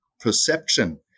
perception